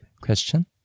question